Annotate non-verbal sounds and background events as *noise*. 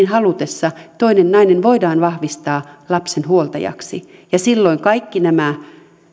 *unintelligible* halutessa toinen nainen voidaan vahvistaa lapsen huoltajaksi ja silloin kaikki nämä